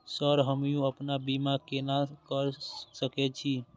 Sir हमू अपना बीमा केना कर सके छी?